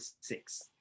six